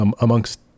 amongst